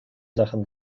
sachen